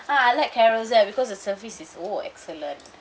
ah I like carousell because the service is oh excellent